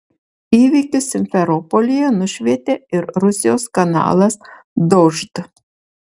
įvykius simferopolyje nušvietė ir rusijos kanalas dožd